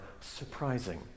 surprising